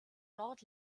dort